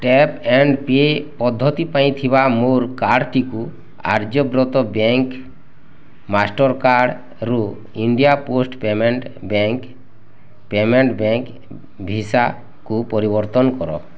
tap and pay ପଦ୍ଧତି ପାଇଁ ଥିବା ମୋର କାର୍ଡ୍ଟିକୁ ଆର୍ଯ୍ୟବ୍ରତ ବ୍ୟାଙ୍କ୍ ମାଷ୍ଟର୍କାର୍ଡ଼୍ରୁ India post payment bank payment bank ଭିସାକୁ ପରିବର୍ତ୍ତନ କର